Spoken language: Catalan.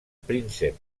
príncep